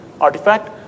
artifact